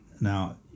Now